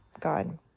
God